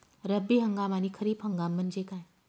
रब्बी हंगाम आणि खरीप हंगाम म्हणजे काय?